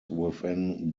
within